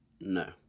No